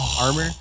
Armor